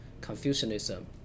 Confucianism